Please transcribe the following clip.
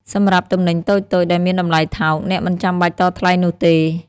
សម្រាប់ទំនិញតូចៗដែលមានតម្លៃថោក អ្នកមិនចាំបាច់តថ្លៃនោះទេ។